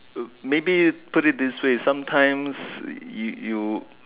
maybe put it this way sometimes you you